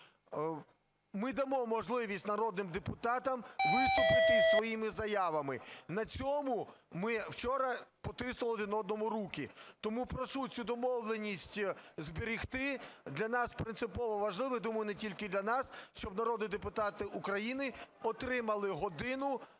ми дамо можливість народним депутатам виступити із своїми заявами. На цьому ми вчора потиснули один одному руки. Тому прошу цю домовленість зберегти, для нас принципово важливо, і думаю, не тільки для нас, щоб народні депутати України отримали годину щодо